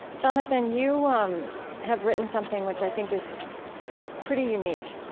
jonathan, you um have written something, which i think is pretty unique,